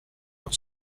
our